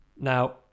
Now